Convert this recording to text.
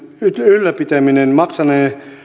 ylläpitäminen maksanee